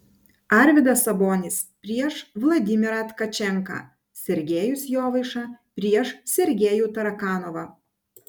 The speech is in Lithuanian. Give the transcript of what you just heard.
arvydas sabonis prieš vladimirą tkačenką sergejus jovaiša prieš sergejų tarakanovą